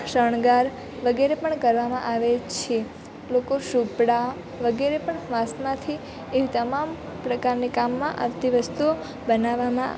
શણગાર વગેરે પણ કરવામાં આવેલ છે લોકો સુપડાં વગેરે પણ વાંસમાંથી એવી તમામ પ્રકારની કામમાં આવતી વસ્તુઓ બનાવવામાં